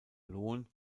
lohn